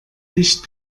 dicht